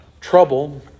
trouble